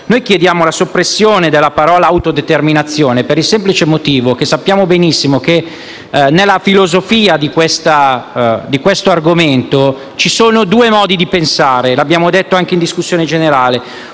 Noi chiediamo la soppressione della parola autodeterminazione per il semplice motivo che sappiamo benissimo che nella filosofia sottesa a questo argomento ci sono due modi di pensare, come abbiamo detto anche in discussione generale: